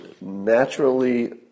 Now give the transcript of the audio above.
naturally